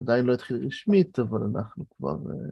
עדיין לא התחילה רשמית, אבל אנחנו כבר...